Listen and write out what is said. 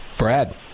Brad